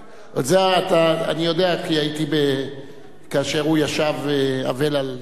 זה אני יודע, כי הייתי כאשר הוא ישב אבל עליה.